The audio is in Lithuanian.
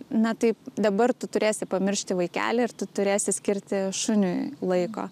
na taip dabar tu turėsi pamiršti vaikelį ir tu turėsi skirti šuniui laiko